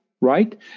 right